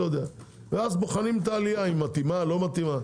ואז בוחנים את העלייה, אם מתאימה, לא מתאימה.